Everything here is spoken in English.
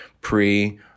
pre